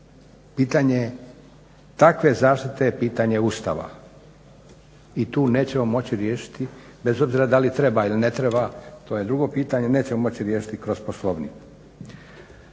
Pitanje je, takve zaštite je pitanje Ustava i tu nećemo moći riješiti bez obzira da li treba ili ne treba, to je drugo pitanje, nećemo moći riješiti kroz Poslovnik.